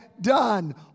done